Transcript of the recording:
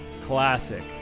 Classic